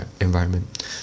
environment